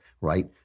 right